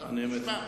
נשמע.